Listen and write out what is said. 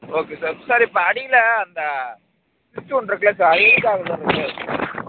okay sir sir இப்போ அடியில் அந்த ஸ்விட்ச்சு ஒன்றுக்கில்ல சார் அது ஏன் சார் அது மாதிரி இருக்குது